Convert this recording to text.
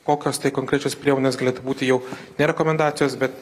kokios tai konkrečios priemonės galėtų būti jau ne rekomendacijos bet